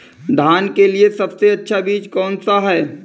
धान के लिए सबसे अच्छा बीज कौन सा है?